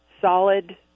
solid